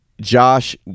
Josh